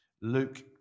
Luke